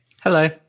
Hello